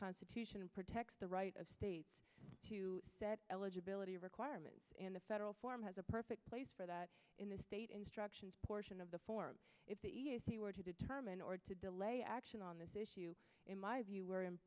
constitution protects the right of states to set eligibility requirements in the federal form has a perfect place for that in the state instructions portion of the form if the e e o c were to determine or to delay action on this issue in my view were i